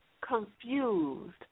confused